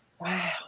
Wow